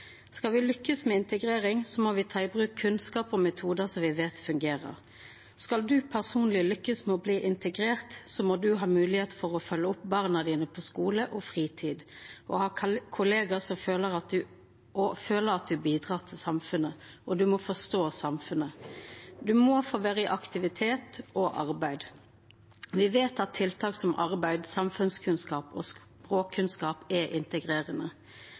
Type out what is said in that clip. Skal vi lykkes med integrering, må vi ta i bruk kunnskap og metoder som vi vet fungerer. Skal en personlig lykkes med å bli integrert, må en ha mulighet til å følge opp barna sine på skole og i fritid, ha kolleger og føle at en bidrar til samfunnet. En må forstå samfunnet. En må få være i aktivitet og i arbeid. Vi vet at tiltak som arbeid, samfunnskunnskap og språkkunnskap er integrerende.